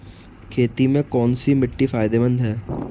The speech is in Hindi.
खेती में कौनसी मिट्टी फायदेमंद है?